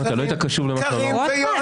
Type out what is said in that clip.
אתה לא היית קשוב למה שאמרתי.